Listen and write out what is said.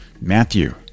Matthew